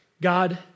God